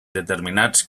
determinats